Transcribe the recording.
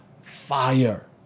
fire